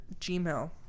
gmail